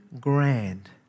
grand